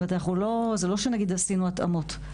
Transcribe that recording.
זה לא שנגיד עשינו התאמות.